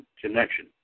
connection